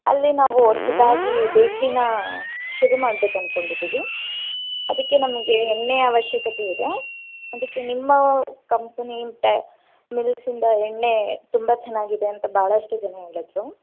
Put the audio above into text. ಅಲ್ಲಿ ನಾವು ಹೊಸದಾಗಿ ಬೇಕ್ರಿನ ಶುರು ಮಾಡಬೇಕು ಅಂದ್ಕೊಂಡಿದ್ದೀವಿ ಅದಕ್ಕೆ ನಮಗೆ ಎಣ್ಣೆಯ ಅವಶ್ಯಕತೆ ಇದೆ ಅದಕ್ಕೆ ನಿಮ್ಮ ಕಂಪನಿ ತ ಮಿಲ್ಸಿಂದ ಎಣ್ಣೆ ತುಂಬ ಚೆನ್ನಾಗಿದೆ ಅಂತ ಬಹಳಷ್ಟು ಜನ ಹೇಳಿದರು